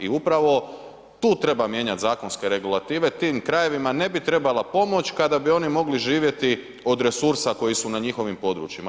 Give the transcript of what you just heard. I upravo tu treba mijenjati zakonske regulative, tim krajevima ne bi trebala pomoć kada bi oni mogli živjeti od resursa koji su na njihovim područjima.